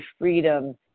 freedom